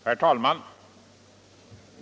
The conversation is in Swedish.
Herr talman!